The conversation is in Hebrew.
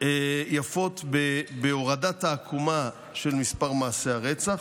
יפות בהורדת העקומה של מספר מעשי הרצח,